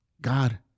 God